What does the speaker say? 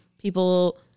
people